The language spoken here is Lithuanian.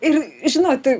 ir žinot